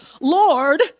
Lord